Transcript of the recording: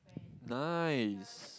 nice